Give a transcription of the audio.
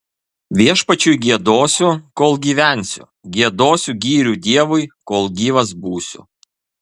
viešpačiui giedosiu kol gyvensiu giedosiu gyrių dievui kol gyvas būsiu